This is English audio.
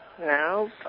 No